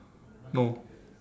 no